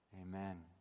amen